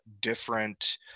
different